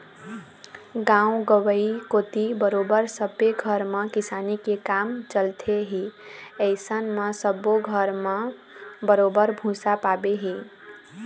गाँव गंवई कोती बरोबर सब्बे घर म किसानी के काम चलथे ही अइसन म सब्बे घर म बरोबर भुसा पाबे ही